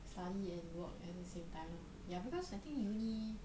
study and work at the same time lah ya because I think uni